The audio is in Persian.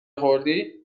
خوردی